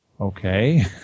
okay